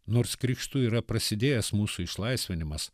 nors krikštu yra prasidėjęs mūsų išlaisvinimas